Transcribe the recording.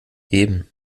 eben